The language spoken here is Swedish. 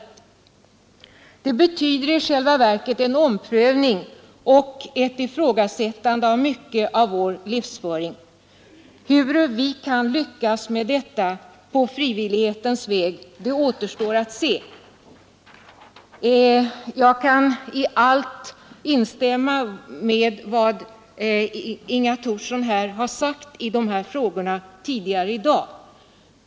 Det betyder i själva verket en omprövning och ett ifrågasättande av mycket av vår livsföring. Hur vi kan lyckas med detta på frivillighetens väg återstår att se. Jag kan i allt instämma i vad Inga Thorsson sagt i de här frågorna tidigare i dag.